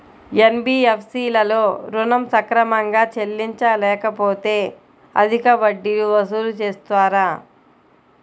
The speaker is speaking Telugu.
ఎన్.బీ.ఎఫ్.సి లలో ఋణం సక్రమంగా చెల్లించలేకపోతె అధిక వడ్డీలు వసూలు చేస్తారా?